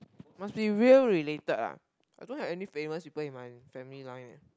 must be real related ah I don't have any famous people in my family line eh